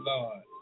Lord